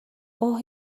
اوه